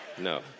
No